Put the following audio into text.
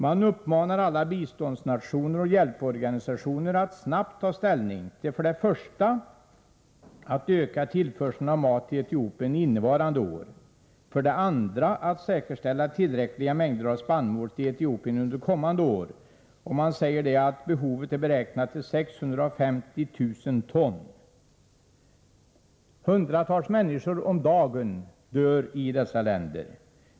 Man uppmanar alla biståndsnationer och hjälporganisationer att snabbt ta ställning till att för det första öka tillförseln av mat till Etiopien innevarande år och för det andra att säkerställa tillräckliga mängder av spannmål till Etiopien under kommande år. Man säger att behovet är beräknat till 650 000 ton. Hundratals människor om dagen dör i dessa länder.